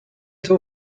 two